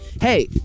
hey